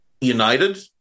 United